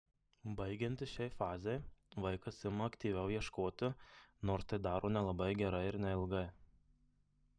baigiantis šiai fazei vaikas ima aktyviau ieškoti nors tai daro nelabai gerai ir neilgai